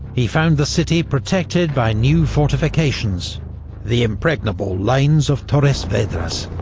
he found the city protected by new fortifications the impregnable lines of torres vedras.